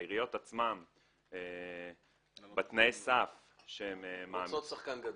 העיריות עצמן בתנאיי הסף שהן קובעות --- רוצות שחקן גדול.